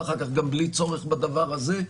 ואחר כך גם בלי צורך בדבר הזה,